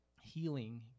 Healing